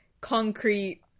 concrete